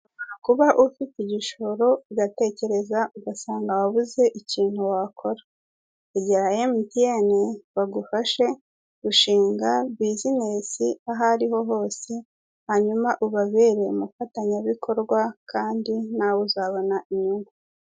Ushobora kuba ufite igishoro ugatekereza, ugasanga wabuze ikintu wakora. Egera Emutiyeni bagufashe gushinga bizinesi aho ari ho hose; hanyuma ubabere umufatanyabikorwa kandi nawe uzabona inyungu.